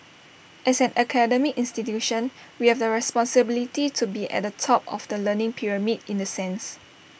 as an academic institution we have the responsibility to be at the top of the learning pyramid in the sense